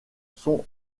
sont